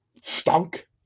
stunk